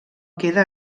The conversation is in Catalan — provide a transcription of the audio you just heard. queda